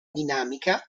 dinamica